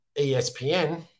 ESPN